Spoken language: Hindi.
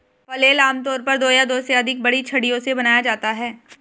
फ्लेल आमतौर पर दो या दो से अधिक बड़ी छड़ियों से बनाया जाता है